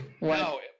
No